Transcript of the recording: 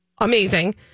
amazing